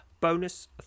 Bonus